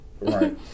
right